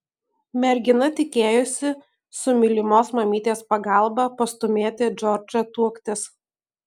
mergina tikėjosi su mylimos mamytės pagalba pastūmėti džordžą tuoktis